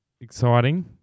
exciting